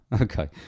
okay